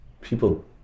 people